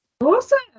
Awesome